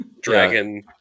dragon